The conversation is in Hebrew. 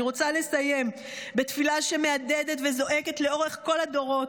אני רוצה לסיים בתפילה שמהדהדת וזועקת לאורך כל הדורות,